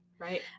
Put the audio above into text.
Right